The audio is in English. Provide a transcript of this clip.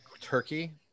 turkey